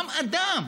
גם אדם,